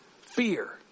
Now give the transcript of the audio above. Fear